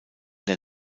der